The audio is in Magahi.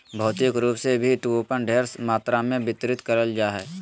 भौतिक रूप से भी कूपन ढेर मात्रा मे वितरित करल जा हय